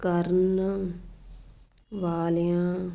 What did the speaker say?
ਕਰਨ ਵਾਲਿਆਂ